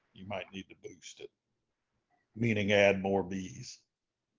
you might need to boost it meaning add more bees.